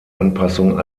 anpassung